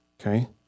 okay